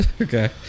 Okay